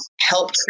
help